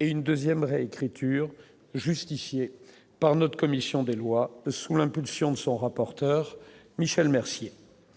et une 2ème réécriture justifiée par notre commission des lois, sous l'impulsion de son rapporteur, Michel Mercier,